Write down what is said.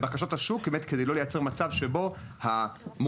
לפני חודשיים עברה החלטת ממשלה שקוצבת